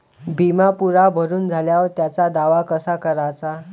बिमा पुरा भरून झाल्यावर त्याचा दावा कसा कराचा?